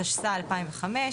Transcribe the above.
התשס"ה 2005,